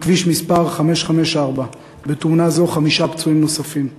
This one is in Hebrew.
על כביש מס' 554. בתאונה זו חמישה פצועים נוספים.